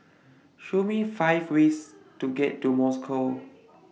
Show Me five ways to get to Moscow